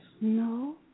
No